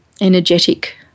energetic